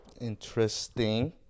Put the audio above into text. Interesting